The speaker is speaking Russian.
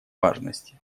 важности